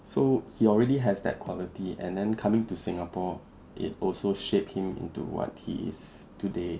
so he already has that quality and then coming to singapore it also shaped him into what he is today